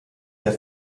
der